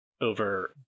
over